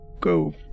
go